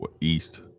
east